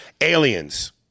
Aliens